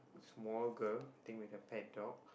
small girl I think with a pet dog